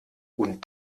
und